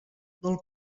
del